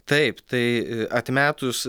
taip tai atmetus